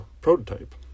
prototype